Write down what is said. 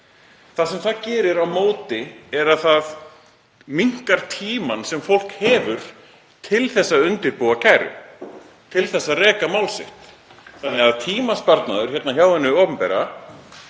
Það sem það gerir á móti er að það minnkar tímann sem fólk hefur til að undirbúa kæru, til að reka mál sitt, þannig að tímasparnaður hérna hjá hinu opinbera,